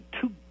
two